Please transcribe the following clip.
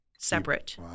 separate